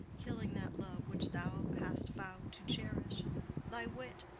killing that love which thou hast vow'd to cherish thy wit,